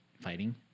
fighting